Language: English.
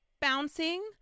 Bouncing